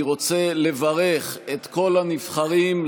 אני רוצה לברך את כל הנבחרים,